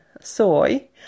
soy